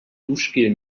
duschgel